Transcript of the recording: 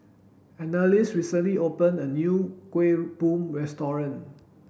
Annalise recently opened a new Kuih Bom restaurant